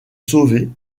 sauver